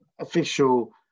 official